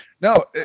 No